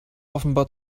offenbar